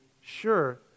sure